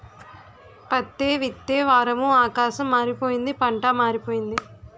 పత్తే విత్తే వారము ఆకాశం మారిపోయింది పంటా మారిపోయింది